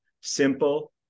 simple